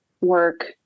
work